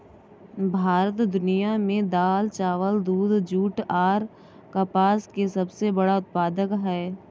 भारत दुनिया में दाल, चावल, दूध, जूट आर कपास के सबसे बड़ा उत्पादक हय